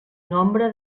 nombre